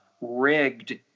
rigged